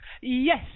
Yes